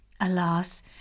alas